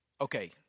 Okay